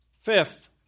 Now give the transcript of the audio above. Fifth